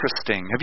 Interesting